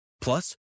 Plus